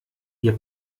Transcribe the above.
ihr